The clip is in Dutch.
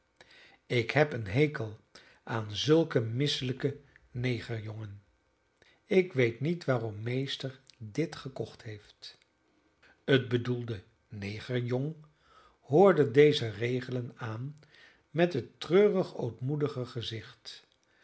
ik heb een hekel aan zulke misselijke negerjongen ik weet niet waarom meester dit gekocht heeft het bedoelde negerjong hoorde deze regelen aan met het treurig ootmoedige gezicht